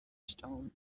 stone